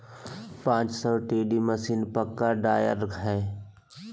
पांच सौ TD machine, मक्का ड्रायर हइ